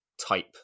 type